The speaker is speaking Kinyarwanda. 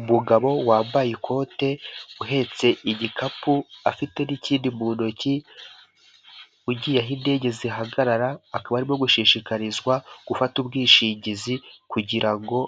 Umugabo wambaye ikote uhetse igikapu afite n'ikindi mu ntoki ugiye aho indege zihagarara akaba arimo gushishikarizwa gufata ubwishingizi kugira ngo